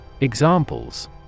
Examples